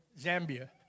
Zambia